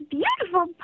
beautiful